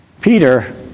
Peter